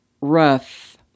rough